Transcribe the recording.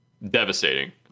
devastating